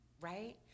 right